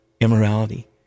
immorality